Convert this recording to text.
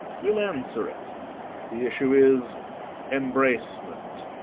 we'll answer it the issue is embracement.